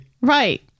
Right